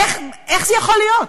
איך זה יכול להיות?